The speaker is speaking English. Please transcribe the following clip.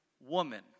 woman